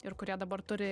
ir kurie dabar turi